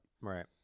Right